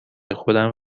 خودم